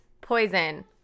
poison